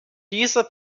dieser